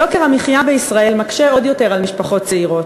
יוקר המחיה בישראל מקשה עוד יותר על משפחות צעירות.